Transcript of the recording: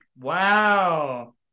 wow